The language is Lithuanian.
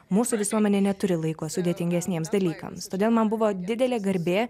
mūsų visuomenė neturi laiko sudėtingesniems dalykams todėl man buvo didelė garbė